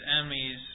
enemies